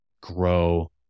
grow